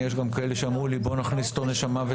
יש גם כאלה שאמרו לי: בוא נכניס את עונש המוות